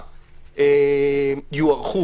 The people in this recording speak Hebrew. יוארכו.